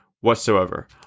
whatsoever